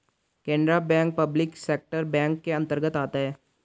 Canara bank public sector bank के अंतर्गत आता है